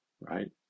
right